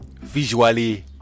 Visually